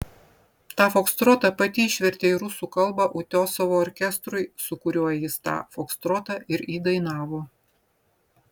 tą fokstrotą pati išvertė į rusų kalbą utiosovo orkestrui su kuriuo jis tą fokstrotą ir įdainavo